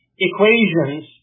equations